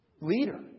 leader